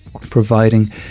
providing